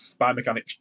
biomechanics